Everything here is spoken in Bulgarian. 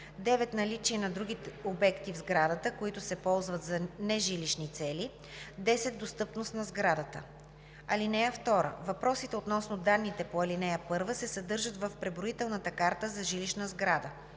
9. наличие на други обекти в сградата, които се ползват за нежилищни цели; 10. достъпност на сградата. (2) Въпросите относно данните по ал. 1 се съдържат в преброителната карта за жилищна сграда.